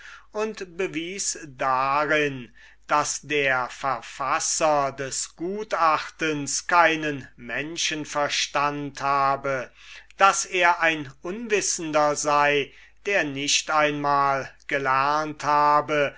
und er bewies darin daß der verfasser des gutachtens keinen menschenverstand habe daß er ein unwissender sei der nicht einmal gelernt habe